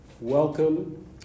Welcome